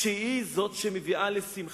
שהיא שמביאה לשמחה.